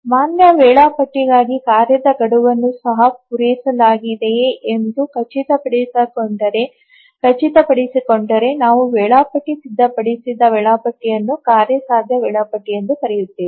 ಮಾನ್ಯ ವೇಳಾಪಟ್ಟಿಗಾಗಿ ಕಾರ್ಯದ ಗಡುವನ್ನು ಸಹ ಪೂರೈಸಲಾಗಿದೆಯೆ ಎಂದು ಖಚಿತಪಡಿಸಿಕೊಂಡರೆ ನಾವು ವೇಳಾಪಟ್ಟಿ ಸಿದ್ಧಪಡಿಸಿದ ವೇಳಾಪಟ್ಟಿಯನ್ನು ಕಾರ್ಯಸಾಧ್ಯ ವೇಳಾಪಟ್ಟಿ ಎಂದು ಕರೆಯುತ್ತೇವೆ